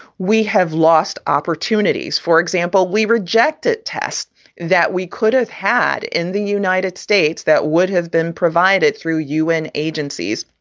we have lost opportunities, for example. we rejected test that we could have had in the united states that would have been provided through u n. agencies.